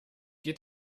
geht